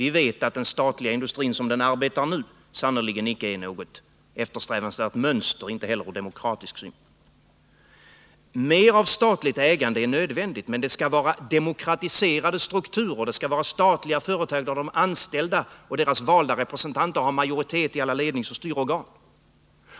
Vi vet att den statliga industrin som den arbetar nu sannerligen icke utgör något eftersträvansvärt mönster, inte heller ur demokratisk synpunkt. Mer av statligt ägande är nödvändigt. Men det skall vara demokratiserade strukturer. Det skall vara statliga företag där de anställda och deras valda representanter har majoritet i alla ledningsoch styrorgan.